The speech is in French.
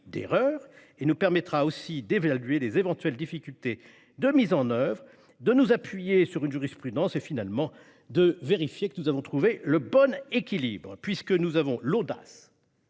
d'erreurs. Il nous permettra aussi d'évaluer les éventuelles difficultés de mise en oeuvre, de nous appuyer sur une jurisprudence et, finalement, de vérifier que nous avons trouvé le bon équilibre. Puisque nous avons l'audace